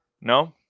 No